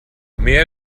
mehr